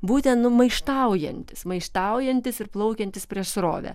būtent nu maištaujantis maištaujantis ir plaukiantis prieš srovę